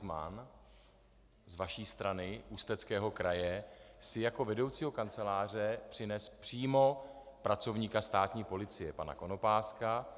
Váš hejtman z vaší strany Ústeckého kraje si jako vedoucího kanceláře přinesl přímo pracovníka státní policie pana Konopáska.